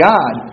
God